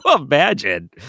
imagine